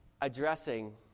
addressing